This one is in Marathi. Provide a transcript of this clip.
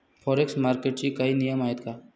फॉरेक्स मार्केटचे काही नियम आहेत का?